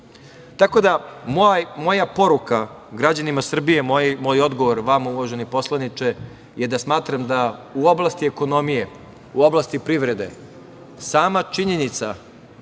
da moja poruka građanima Srbije, moj odgovor vama uvaženi poslaniče je da smatram da u oblasti ekonomije, u oblasti privrede sama činjenica